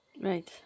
Right